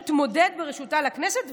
הוא התמודד בראשותה לכנסת,